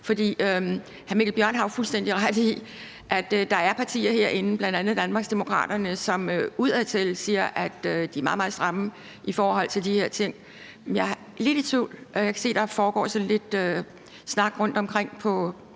For hr. Mikkel Bjørn har jo fuldstændig ret i, at der er partier herinde, bl.a. Danmarksdemokraterne, som udadtil siger, at de er meget, meget stramme i forhold til de her ting. Jeg er lidt i tvivl, og jeg kan se, at der foregår sådan lidt snak rundtomkring på